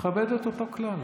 כבד את אותו כלל.